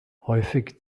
häufig